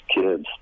kids